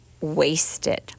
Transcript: wasted